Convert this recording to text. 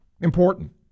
Important